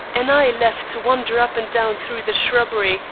and i left to wander up and down through the shrubbery,